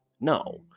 No